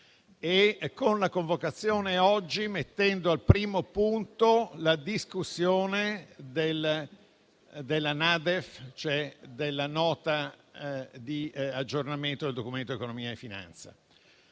con la convocazione di oggi mettendo al primo punto la discussione della Nota di aggiornamento al Documento di economia e finanza.